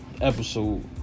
episode